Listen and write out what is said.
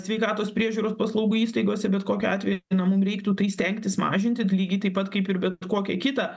sveikatos priežiūros paslaugų įstaigose bet kokiu atveju nu mum reiktų tai stengtis mažinti tai lygiai taip pat kaip ir bet kokią kitą